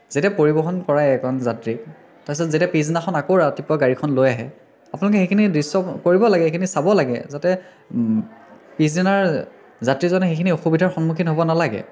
যেতিয়া পৰিবহণ কৰাই এজন যাত্ৰীক তাৰপিছত যেতিয়া পিছদিনাখন আকৌ ৰাতিপুৱা গাড়ীখন লৈ আহে আপোনালোকে সেইখিনি দৃশ্য কৰিব লাগে সেইখিনি চাব লাগে যাতে পিছদিনা যাত্ৰীজনে সেইখিনি অসুবিধাৰ সন্মুখীন হ'ব নালাগে